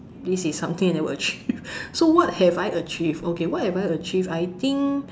this is something I never achieve so what have I achieved okay what have I achieved I think